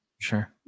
Sure